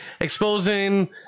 exposing